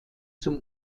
zum